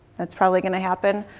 that's probably going to happen.